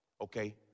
okay